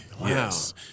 yes